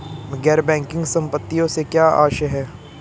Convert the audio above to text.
गैर बैंकिंग संपत्तियों से क्या आशय है?